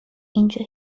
اینجا